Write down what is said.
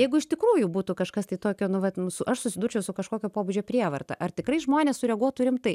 jeigu iš tikrųjų būtų kažkas tai tokio nu vat nu aš susidurčiau su kažkokio pobūdžio prievarta ar tikrai žmonės sureaguotų rimtai